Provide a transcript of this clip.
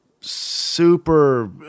super